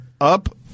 Up